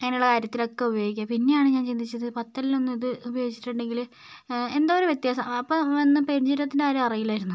അങ്ങനെയുള്ള കാര്യത്തിലൊക്കെ ഉപയോഗിക്കുക പിന്നെയാണ് ഞാൻ ചിന്തിച്ചത് പത്തലിനൊന്നും ഇത് ഉപയോഗിച്ചിട്ടുണ്ടെങ്കിൽ എന്തോ ഒരു വ്യത്യാസം അപ്പോൾ ഒന്നും പെരുംജീരകത്തിൻ്റെ കാര്യം അറിയില്ലായിരുന്നു